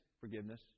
forgiveness